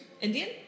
indian